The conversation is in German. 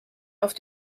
auf